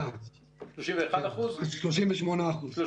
שבה יש 38%,